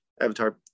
avatar